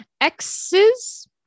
X's